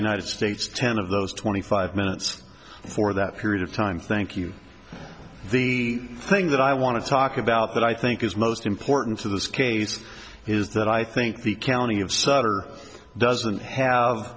united states ten of those twenty five minutes for that period of time thank you the thing that i want to talk about that i think is most important to this case is that i think the county of sutter doesn't have